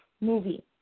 movie